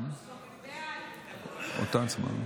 ההצעה להעביר